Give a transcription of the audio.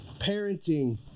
parenting